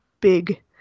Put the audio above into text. big